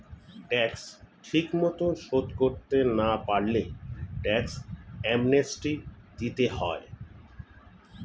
tax ঠিকমতো শোধ করতে না পারলে ট্যাক্স অ্যামনেস্টি দিতে হয়